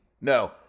No